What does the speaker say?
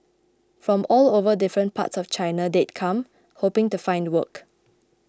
from all over the different parts of China they'd come hoping to find work